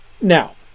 Now